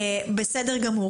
בסדר גמור.